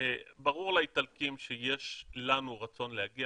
ברור לאיטלקים שיש לנו רצון להגיע